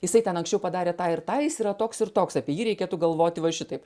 jisai ten anksčiau padarė tą ir tai jis yra toks ir toks apie jį reikėtų galvoti va šitaip